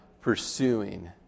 pursuing